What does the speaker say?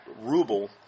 ruble